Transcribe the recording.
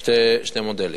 שני מודלים.